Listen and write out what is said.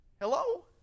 Hello